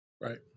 right